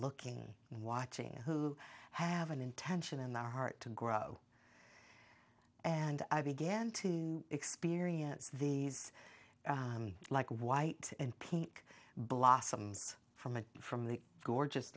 looking and watching who have an intention in their heart to grow and i began to experience these like white and pink blossoms from a from the gorgeous